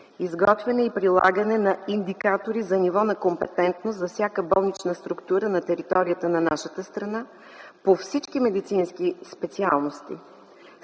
изготвяне и прилагане на индикатори за ниво на компетентност за всяка болнична структура на територията на нашата страна по всички медицински специалности